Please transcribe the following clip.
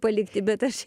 palikti bet aš